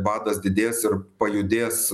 badas didės ir pajudės